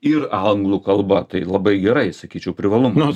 ir anglų kalba tai labai gerai sakyčiau privalumas